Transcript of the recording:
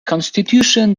constitution